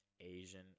Asian